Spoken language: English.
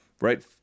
Right